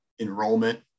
enrollment